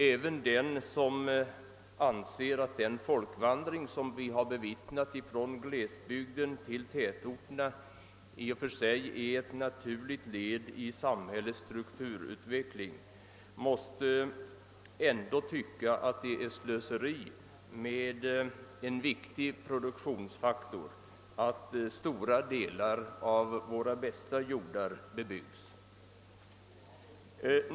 Även den som anser att den folkvandring som vi har bevittnat från glesbygden till tätorterna i och för sig är ett naturligt led i samhällets strukturutveckling måste ändå tycka, att det är ett slöseri med en viktig produktionsfaktor att stora delar av våra bästa jordbruksjordar bebyggs.